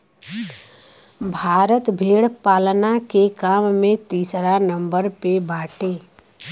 भारत भेड़ पालला के काम में तीसरा नंबर पे बाटे